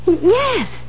Yes